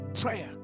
prayer